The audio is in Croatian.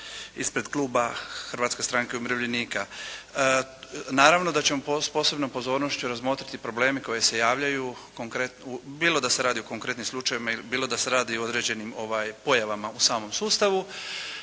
ispred kluba Hrvatske stranke umirovljenika. Naravno da ćemo sa posebnom pozornošću razmotriti probleme koji se javljaju bilo da se radi o konkretnim slučajevima ili bilo da se radi o određenim pojavama u samom sustavu.